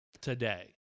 today